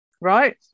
right